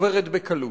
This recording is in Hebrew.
עוברת בקלות,